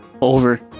Over